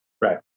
Right